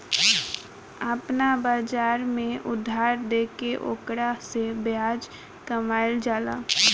आपना बाजार में उधार देके ओकरा से ब्याज कामईल जाला